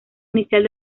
inicial